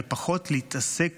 ופחות להתעסק